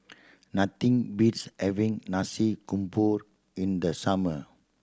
nothing beats having Nasi Campur in the summer